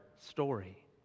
story